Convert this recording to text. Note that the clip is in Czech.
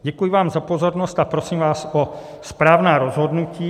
Děkuji vám za pozornost a prosím vás o správná rozhodnutí.